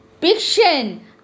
fiction